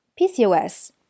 PCOS